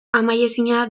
amaiezina